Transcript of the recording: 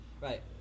Right